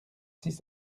six